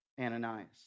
Ananias